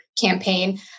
campaign